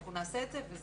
אנחנו נעשה את זה אבל